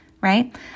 right